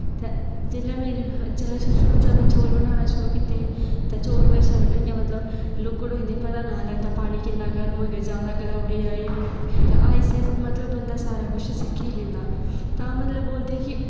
ते जेल्लै ते जेल्लै में शुरू शुरू च चौल बनाना शुरू कीते ते चौल मेरा शा इ'यां मतलब लुगड़ होई जंदे हे पता गै नेईं हा लगदा कि पानी किन्ना गर्म होई गेआ ज्यादा गलाई ओड़े जां एह् ते आहिस्ता आहिस्ता मतलब बंदा सारा कुछ सिक्खी लेंदा तां मतलब बोलदे कि